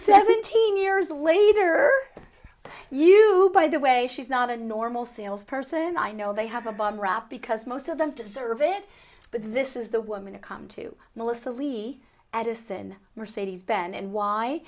seventeen years later you by the way she's not a normal sales person i know they have a bum rap because most of them deserve it but this is the woman to come to melissa levy addison mercedes ben and why